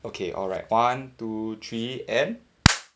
okay all right one two three and